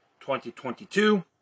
2022